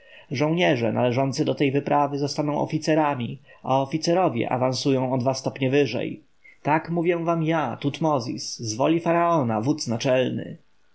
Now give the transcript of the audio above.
żołnierze należący do tej wyprawy zostaną oficerami a oficerowie awansują o dwa stopnie wyżej tak mówię wam ja tutmozis z woli faraona wódz naczelny